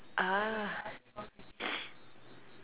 ah